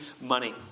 money